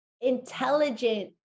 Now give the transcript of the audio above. intelligent